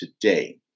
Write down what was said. today